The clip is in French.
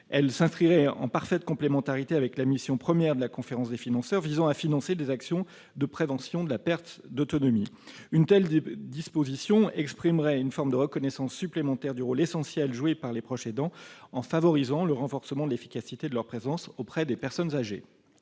Elle s'inscrirait en parfaite complémentarité avec la mission première de la conférence des financeurs, qui vise avant tout à financer des actions de prévention de la perte d'autonomie. Une telle disposition exprimerait une forme de reconnaissance supplémentaire du rôle essentiel joué par les proches aidants, en favorisant le renforcement de l'efficacité de leur présence auprès des personnes âgées.